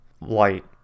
light